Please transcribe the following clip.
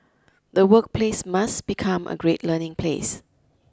the workplace must become a great learning place